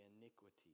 iniquity